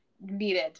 needed